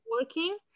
working